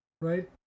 right